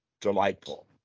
delightful